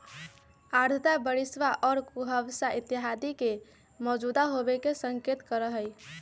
आर्द्रता बरिशवा और कुहसवा इत्यादि के मौजूद होवे के संकेत करा हई